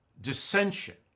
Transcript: dissension